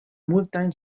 multajn